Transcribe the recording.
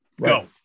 Go